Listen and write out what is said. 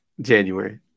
January